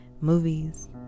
movies